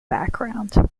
background